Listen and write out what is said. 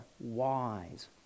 wise